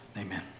Amen